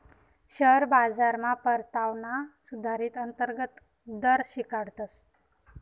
share बाजारमा परतावाना सुधारीत अंतर्गत दर शिकाडतस